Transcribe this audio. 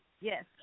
Yes